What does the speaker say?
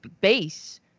base